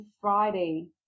friday